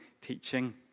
teaching